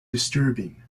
disturbing